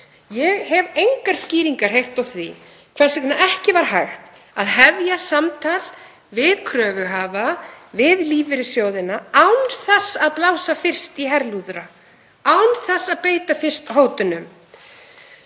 Ég hef engar skýringar heyrt á því hvers vegna ekki var hægt að hefja samtal við kröfuhafa, við lífeyrissjóðina án þess að blása fyrst í herlúðra, án þess að beita fyrst hótunum,